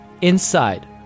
Inside